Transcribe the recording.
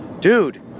Dude